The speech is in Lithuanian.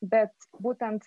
bet būtent